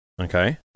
okay